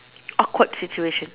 awkward situation